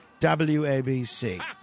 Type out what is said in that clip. WABC